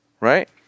right